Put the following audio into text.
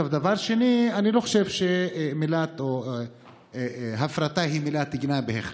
דבר שני, אני לא חושב שהפרטה היא מילת גנאי בהכרח,